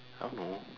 I don't know